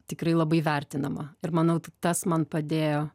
tikrai labai vertinama ir manau tas man padėjo